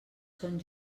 són